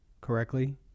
correctly